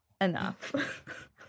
enough